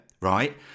Right